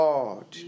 Lord